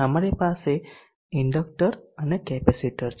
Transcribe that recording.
અમારી પાસે એક ઇન્ડક્ટર અને કેપેસિટર છે